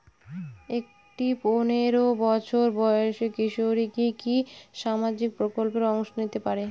একটি পোনেরো বছর বয়সি কিশোরী কি কি সামাজিক প্রকল্পে অংশ নিতে পারে?